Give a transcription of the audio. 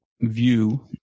view